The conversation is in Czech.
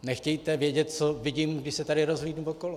Nechtějte vědět, co vidím, když se tady rozhlédnu okolo.